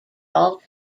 all